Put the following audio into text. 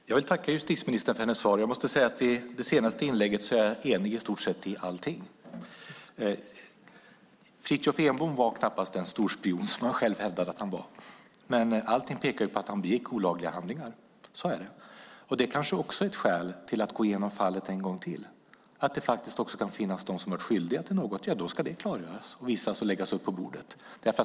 Herr talman! Jag vill tacka justitieministern för hennes svar. När det gäller det senaste inlägget är jag i stort sett enig i allting. Fritiof Enbom var knappast den storspion som han själv hävdade att han var, men allting pekar på att han begick olagliga handlingar. Det kanske också är ett skäl till att gå igenom fallet en gång till. Det kan också finnas de som varit skyldiga till något. Då ska det klargöras, visas och läggas upp på bordet.